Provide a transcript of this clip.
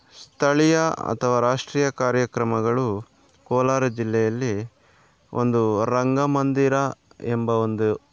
ಸ್ಥಳೀಯ ಅಥವಾ ರಾಷ್ಟ್ರೀಯ ಕಾರ್ಯಕ್ರಮಗಳು ಕೋಲಾರ ಜಿಲ್ಲೆಯಲ್ಲಿ ಒಂದು ರಂಗ ಮಂದಿರ ಎಂಬ ಒಂದು